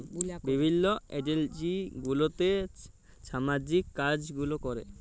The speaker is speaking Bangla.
বিভিল্ল্য এলজিও গুলাতে ছামাজিক কাজ গুলা ক্যরে